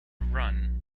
run